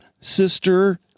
sister